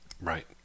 right